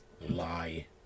lie